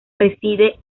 reside